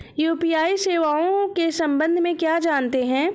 UPI सेवाओं के संबंध में क्या जानते हैं?